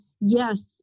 yes